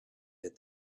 that